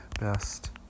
best